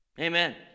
Amen